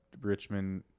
Richmond